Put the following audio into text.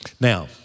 Now